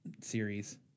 series